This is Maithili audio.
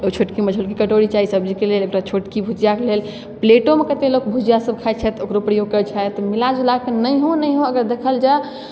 एकटा छोटकी मझोलकी कटोरी चाही सब्जीके लेल एकटा छोटकी भुजियाके लेल प्लेटोमे कतेक लोक भुजियासभ खाइ छथि ओकरो प्रयोग करै छथि मिला जुला कऽ नहिओ नहिओ अगर देखल जाय